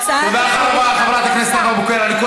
הצעת החוק, למה היא נשארת פה עם התנועות?